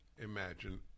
imagine